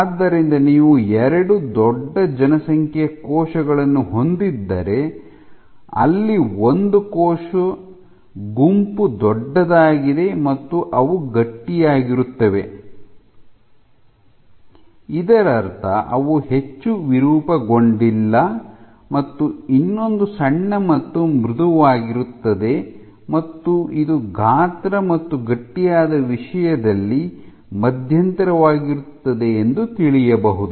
ಆದ್ದರಿಂದ ನೀವು ಎರಡು ದೊಡ್ಡ ಜನಸಂಖ್ಯೆಯ ಕೋಶಗಳನ್ನು ಹೊಂದಿದ್ದರೆ ಅಲ್ಲಿ ಒಂದು ಕೋಶ ಗುಂಪು ದೊಡ್ಡದಾಗಿದೆ ಮತ್ತು ಅವು ಗಟ್ಟಿಯಾಗಿರುತ್ತವೆ ಇದರರ್ಥ ಅವು ಹೆಚ್ಚು ವಿರೂಪಗೊಂಡಿಲ್ಲ ಮತ್ತು ಇನ್ನೊಂದು ಸಣ್ಣ ಮತ್ತು ಮೃದುವಾಗಿರುತ್ತದೆ ಮತ್ತು ಇದು ಗಾತ್ರ ಮತ್ತು ಗಟ್ಟಿಯಾದ ವಿಷಯದಲ್ಲಿ ಮಧ್ಯಂತರವಾಗಿರುತ್ತದೆ ಎಂದು ತಿಳಿಯಬಹುದು